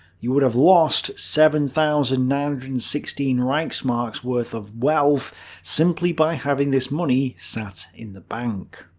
you would have lost seven thousand nine hundred and sixteen reichsmarks worth of wealth simply by having this money sat in the bank.